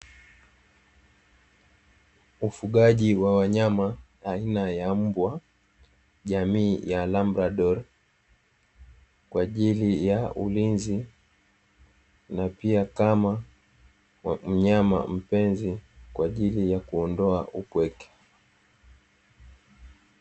Ufugaji wa wanyama aina ya mbwa jamii ya ramlado kwa ajili ya ulinzi na pia kama mnyama mpenzi kwa ajili ya kuondoa upweke.